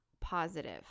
positive